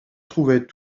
trouvait